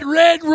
red